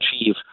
achieve